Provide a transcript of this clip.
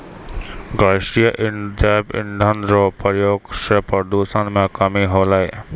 गैसीय जैव इंधन रो प्रयोग से प्रदूषण मे कमी होलै